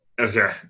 Okay